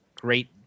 great